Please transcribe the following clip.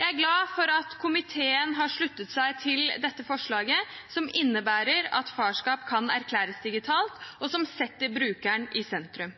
Jeg er glad for at komiteen har sluttet seg til dette forslaget, som innebærer at farskap kan erklæres digitalt, og som setter brukeren i sentrum.